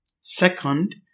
second